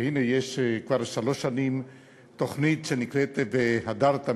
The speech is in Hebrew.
והנה יש כבר שלוש שנים תוכנית שנקראת "והדרת",